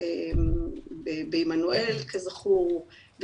בעמנואל כזכור,